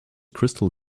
crystal